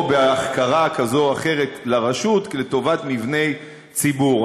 בהחכרה כזאת או אחרת לרשות לטובת מבני ציבור.